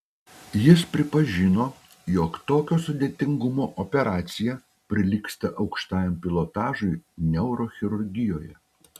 jis pripažino jog tokio sudėtingumo operacija prilygsta aukštajam pilotažui neurochirurgijoje